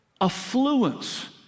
Affluence